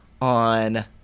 on